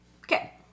Okay